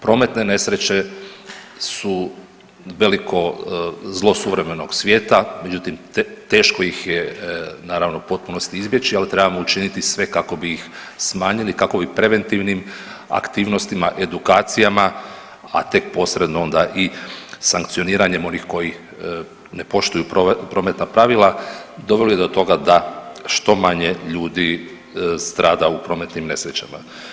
Prometne nesreće su veliko zlo suvremenog svijeta, međutim teško ih je naravno u potpunosti izbjeći, al trebamo učiniti sve kako bi ih smanjili, kako bi preventivnim aktivnostima i edukacijama, a tek posredno onda i sankcioniranjem onih koji ne poštuju prometna pravila doveli do toga da što manje ljudi strada u prometnim nesrećama.